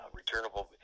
returnable